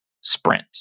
sprint